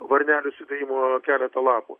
varnelių užsidėjimo keletą lapų